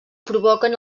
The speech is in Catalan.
provoquen